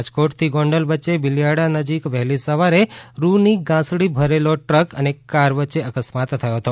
રાજકોટથી ગોંડલ વચ્ચે બિલીયાળા નજીક વહેલી સવારે રૂની ગાંસડી ભરેલો ટ્રક અને કાર વચ્ચે અકસ્માત થયો હતો